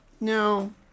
No